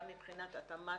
גם מבחינת התאמת